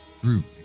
group